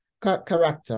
character